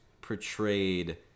portrayed